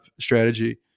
strategy